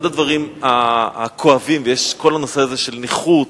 אחד הדברים הכואבים, ויש כל הנושא הזה של נכות,